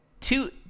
Two